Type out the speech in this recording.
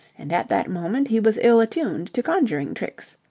and at that moment he was ill-attuned to conjuring tricks.